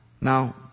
Now